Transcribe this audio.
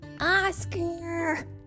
Oscar